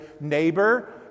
neighbor